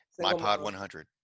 MyPod100